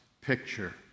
picture